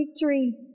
victory